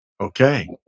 Okay